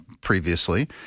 previously